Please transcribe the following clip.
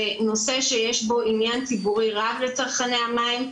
זה נושא שיש בו עניין ציבורי רב לצרכני המים,